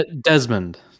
Desmond